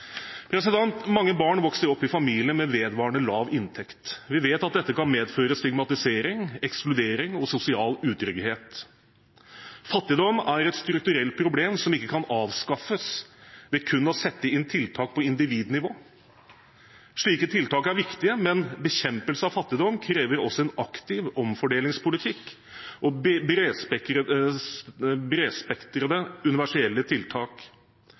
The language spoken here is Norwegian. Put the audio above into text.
Mange barn vokser opp i familier med vedvarende lav inntekt. Vi vet at dette kan medføre stigmatisering, ekskludering og sosial utrygghet. Fattigdom er et strukturelt problem som ikke kan avskaffes ved kun å sette inn tiltak på individnivå. Slike tiltak er viktige, men bekjempelse av fattigdom krever også en aktiv omfordelingspolitikk og